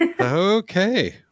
Okay